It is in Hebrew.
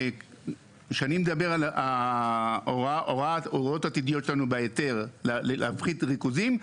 שאני מדבר על הוראות עתידיות שלנו בהיתר להפחית ריכוזים,